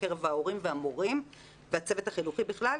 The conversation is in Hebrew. בקרב ההורים והמורים והצוות החינוכי בכלל,